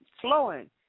flowing